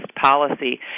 policy